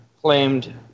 claimed